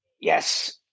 Yes